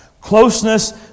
Closeness